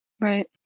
Right